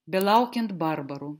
belaukiant barbarų